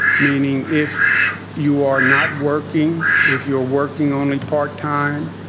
meaning if you are not working, if you're working only part time.